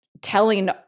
telling